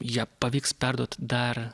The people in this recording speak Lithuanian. ją pavyks perduot dar